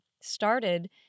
started